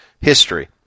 history